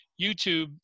YouTube